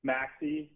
Maxi